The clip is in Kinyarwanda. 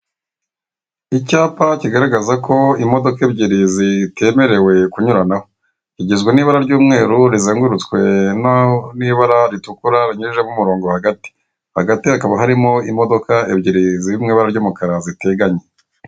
Icyapa kigaragaza ko imodoka ebyiri zitemerewe kunyuranaho. Kigizwe n'ibara ry'umweru rizengurutswe n'ibara ritukura banyujijemo umurongo hagati. Hagati hakaba harimo imodoka ebyiri ziri mu ibara ry'umukara ziteganye.